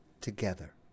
together